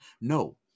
No